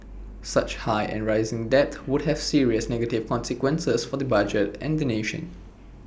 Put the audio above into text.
such high and rising debt would have serious negative consequences for the budget and the nation